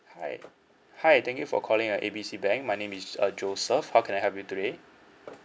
hi hi thank you for calling uh A B C bank my name is uh joseph how can I help you today